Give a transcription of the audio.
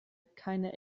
keine